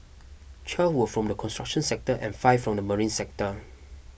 twelve were from the construction sector and five from the marine sector